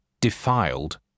defiled